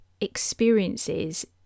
experiences